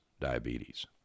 diabetes